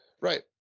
Right